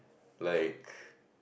like